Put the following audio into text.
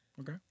Okay